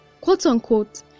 quote-unquote